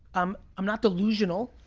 um i'm not delusional.